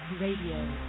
Radio